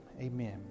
amen